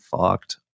fucked